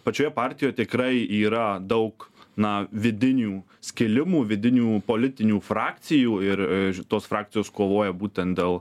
pačioje partijoje tikrai yra daug na vidinių skilimų vidinių politinių frakcijų ir tos frakcijos kovoja būtent dėl